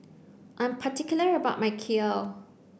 I'm particular about my kheer